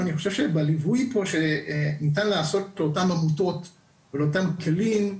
ואני חושב שבליווי פה שניתן לעשות לאותן עמותות ולאותם כלים,